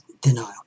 denial